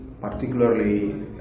particularly